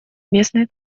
местные